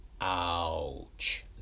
Ouch